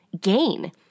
gain